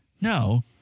no